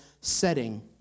setting